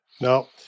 Now